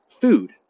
food